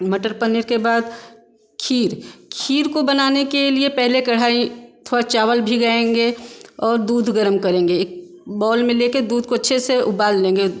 मटर पनीर के बाद खीर खीर को बनाने के लिए पहले कढ़ाही थोड़ा चावल भिगाएँगे और दूध गर्म करेंगे एक बौल में लेके दूध को अच्छे से उबाल लेंगे